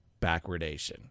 backwardation